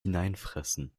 hineinfressen